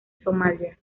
somalia